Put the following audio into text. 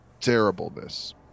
terribleness